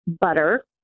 butter